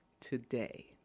today